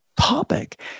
topic